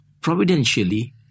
Providentially